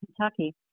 Kentucky